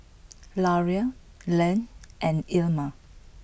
Larae Leah and Ilma